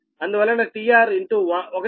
అందువలన tR 1tS 0